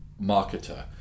marketer